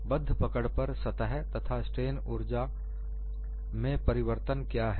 बद्ध पकड़ पर सतह तथा स्ट्रेन ऊर्जा में क्या परिवर्तन है